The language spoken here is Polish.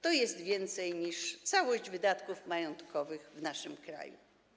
To jest więcej, niż wynosi całość wydatków majątkowych w naszym kraju.